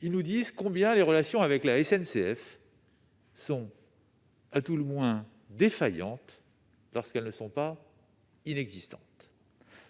ils nous disent combien leurs relations avec la SNCF sont à tout le moins défaillantes, lorsqu'elles ne sont pas inexistantes.